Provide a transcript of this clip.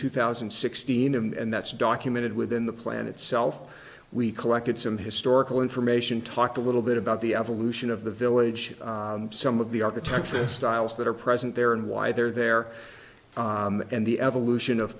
two thousand and sixteen and that's documented within the plan itself we collected some historical information talked a little bit about the evolution of the village some of the architectural styles that are present there and why they're there and the evolution of